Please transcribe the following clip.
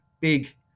big